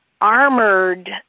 armored